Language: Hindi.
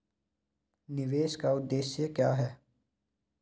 निवेश का उद्देश्य क्या है?